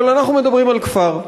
אבל אנחנו מדברים על כפר,